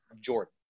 Jordan